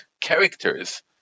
characters